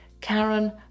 Karen